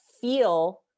feel